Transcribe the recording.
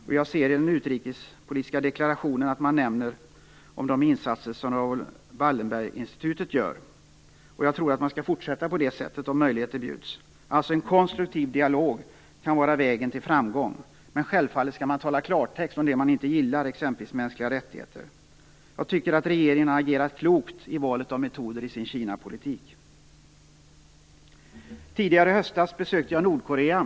Jag ser att man i den utrikespolitiska deklarationen nämner de insatser som Raoul Wallenberginstitutet gör. Jag tror att man skall fortsätta på det sättet om möjligheter bjuds. En konstruktiv dialog kan alltså vara vägen till framgång, men självfallet skall man tala klartext om det man inte gillar, t.ex. situationen när det gäller mänskliga rättigheter. Jag tycker att regeringen har agerat klokt i valet av metoder i sin Kinapolitik. Tidigare i höstas besökte jag Nordkorea.